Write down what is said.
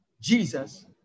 Jesus